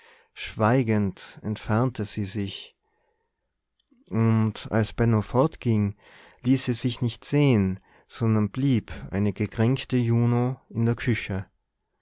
schweigend entfernte sie sich und als benno fortging ließ sie sich nicht sehen sondern blieb eine gekränkte juno in der küche